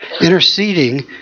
interceding